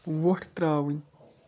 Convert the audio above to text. وۄٹھ ترٛاوٕنۍ